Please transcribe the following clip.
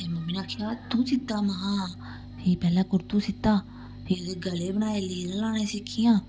ते मम्मी ने आखेआ तूं सी्ता महां हां फ्ही पैह्लें कुर्तू सीता फ्ही ओह्दे गले बनाए नील लाना सिक्खियां